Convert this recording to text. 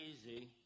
easy